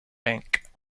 bank